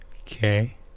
Okay